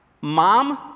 Mom